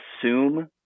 assume